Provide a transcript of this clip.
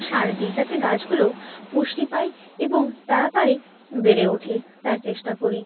সার দিই যাতে গাছগুলো পুষ্টি পায় এবং তাড়াতাড়ি বেড়ে ওঠে তার চেষ্টা করি